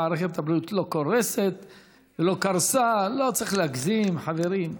מערכת הבריאות לא קרסה, לא צריך להגזים, חברים.